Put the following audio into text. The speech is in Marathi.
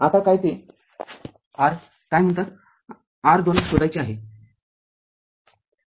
आता काय ते r काय म्हणतात ते R r R२ शोधायचे आहे